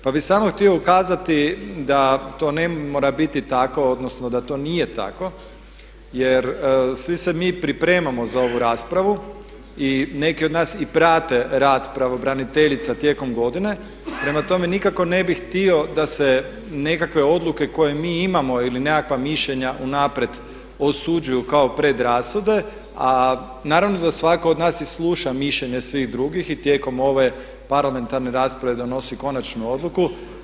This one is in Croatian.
Pa bih samo htio ukazati da to ne mora biti tako, odnosno da to nije tako jer svi se mi pripremamo za ovu raspravu i neki od nas i prate rad pravobraniteljica tijekom godine prema tome nikako ne bih htio da se nekakve odluke koje mi imamo ili nekakva mišljenja unaprijed osuđuju kao predrasude a naravno da svatko od nas i sluša mišljenje svih drugih i tijekom ove parlamentarne rasprave donosi konačnu odluku.